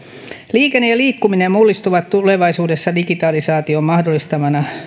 liikenne ja liikkuminen mullistuvat tulevaisuudessa digitalisaation mahdollistamana